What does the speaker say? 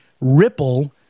Ripple